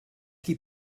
qui